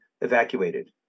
evacuated